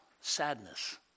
sadness